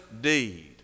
deed